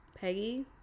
Peggy